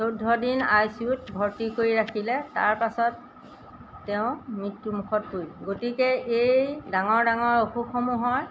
চৈধ্যদিন আই চি ইউত ভৰ্তি কৰি ৰাখিলে তাৰপাছত তেওঁ মৃত্যুমুখত পৰিল গতিকে এই ডাঙৰ ডাঙৰ অসুখসমূহৰ